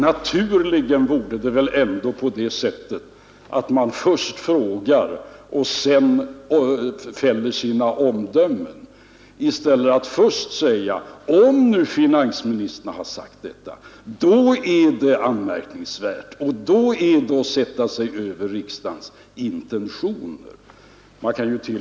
Naturligen borde det väl ändå vara på det sättet att man först frågar och sedan fäller sina omdömen i stället för att först säga: Om nu finansministern sagt detta, då är det anmärkningsvärt och då är det att sätta sig över riksdagens intentioner.